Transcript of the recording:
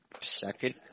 second